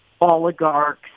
oligarchs